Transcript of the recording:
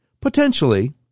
potentially